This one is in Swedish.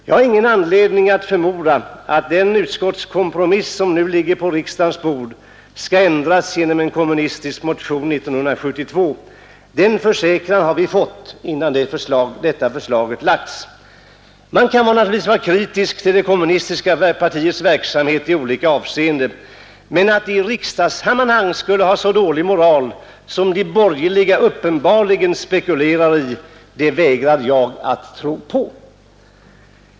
Jag har ingen anledning att förmoda att den utskottskompromiss, som nu ligger på riksdagens bord, skall ändras genom en kommunistisk motion 1972. Den försäkran har vi fått innan detta förslag lades. Man kan naturligtvis vara kritisk mot det kommunistiska partiets verksamhet i olika avseenden, men att de i riksdagssammanhang skulle ha så dålig moral som de borgerliga uppenbarligen spekulerar i vägrar jag att tro på.